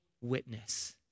witness